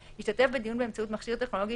ואני מציעה שנוסיף פה את אותו רכיב שהוספנו קודם,